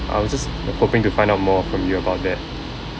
I was just hoping to find out more from you about that